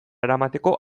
eramateko